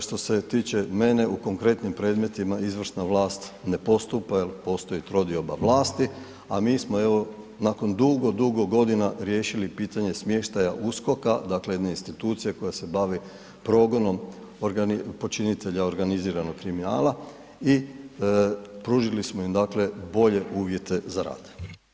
Što se tiče mene u konkretnim predmetima, izvršna vlast ne postupa jer postoji trodioba vlasti, a mi smo evo, nakon dugo, dugo godina riješili pitanje smještaja USKOK-a, dakle jedne institucije koja se bavi progonom počinitelja organiziranog kriminala i pružili smo im, dakle, bolje uvjete za rad.